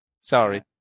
Sorry